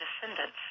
descendants